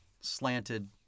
slanted